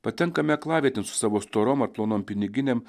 patenkame aklavietėn su savo storom ar plonom piniginėm